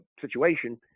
situation